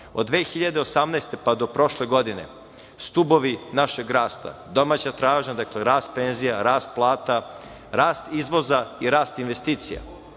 Od 2018. godine pa do prošle godine, stubovi našeg rasta, domaća tražnja, dakle, rast penzija, rast plata, rast izvoza i rast investicija.